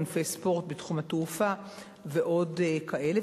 ענפי ספורט בתחום התעופה ועוד כאלה.